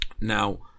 Now